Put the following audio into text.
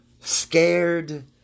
scared